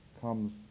comes